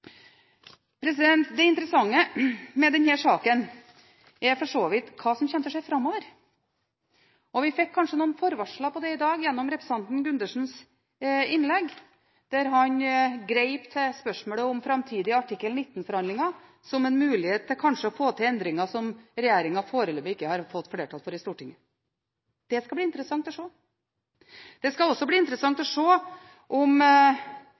Det interessante med denne saken er for så vidt hva som kommer til å skje framover. Vi fikk kanskje noen forvarsler om det i dag gjennom representanten Gundersens innlegg, der han grep til spørsmålet om framtidige artikkel 19-forhandlinger som en mulighet til kanskje å få til endringer som regjeringen foreløpig ikke har fått flertall for i Stortinget. Det skal bli interessant å se. Det skal også bli interessant å se om